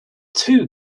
two